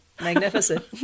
magnificent